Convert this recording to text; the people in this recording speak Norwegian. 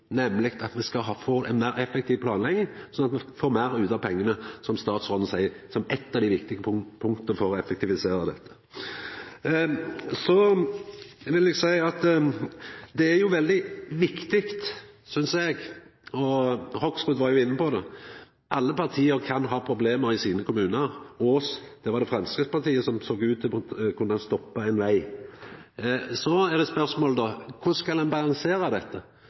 nemleg at me skal få ei meir effektiv planlegging, sånn at me får meir ut av pengane – som statsråden nemner som eit av dei viktige punkta for å effektivisera. Det er veldig viktig å seia, synest eg, og Hoksrud var jo også inne på det, at alle parti kan ha problem i sine kommunar. I Ås var det Framstegspartiet som såg ut til å kunna stoppa ein veg. Så er spørsmålet: Korleis skal ein balansera dette? Skal ein